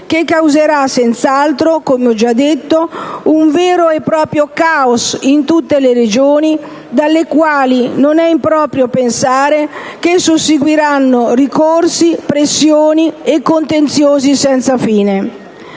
che causerà senz'altro, come già detto, un vero e proprio caos in tutte le Regioni, dalle quali non è improprio pensare che si susseguiranno ricorsi, pressioni e contenzioni senza fine.